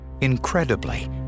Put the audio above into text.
Incredibly